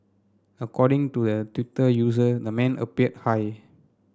according to the Twitter user the man appeared high